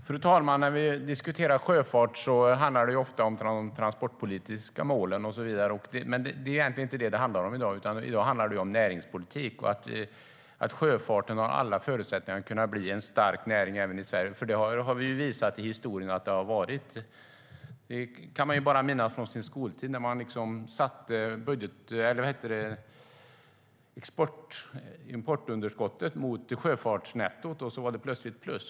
Fru talman! När vi diskuterar sjöfart handlar det ofta om transportpolitiska mål och så vidare, men i dag handlar det om näringspolitik och om att sjöfarten har alla förutsättningar att kunna bli en stark näring även i Sverige. Vi har visat historiskt att Sverige har varit det. Jag minns från skoltiden när man satte importunderskottet mot sjöfartsnettot och så blev det plötsligt plus.